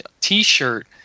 t-shirt